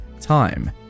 time